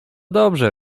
dobrze